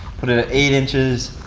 put it at eight inches.